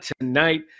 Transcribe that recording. tonight